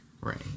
Right